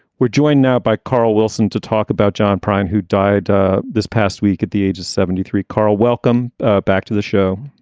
we're joined now by carl wilson to talk about john prine, who died this past week at the age of seventy three. carl, welcome ah back to the show.